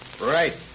Right